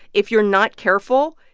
if you're not careful,